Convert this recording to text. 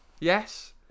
Yes